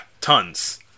tons